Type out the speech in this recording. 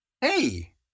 Hey